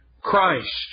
Christ